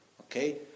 Okay